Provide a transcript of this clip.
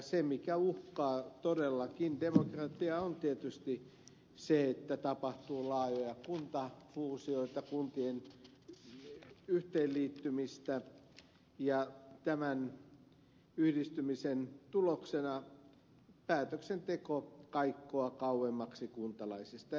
se mikä todellakin uhkaa demokratiaa on tietysti se että tapahtuu laajoja kuntafuusioita kuntien yhteenliittymistä ja tämän yhdistymisen tuloksena päätöksenteko kaikkoaa kauemmaksi kuntalaisista